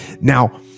Now